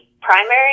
primary